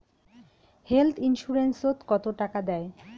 Health insurance ওত কত টাকা দেয়?